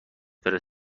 بره